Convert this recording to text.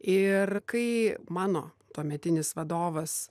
ir kai mano tuometinis vadovas